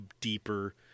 deeper